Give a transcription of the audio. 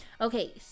Okay